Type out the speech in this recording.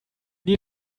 need